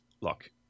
Look